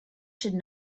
should